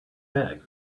bag